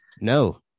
No